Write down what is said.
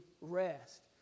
rest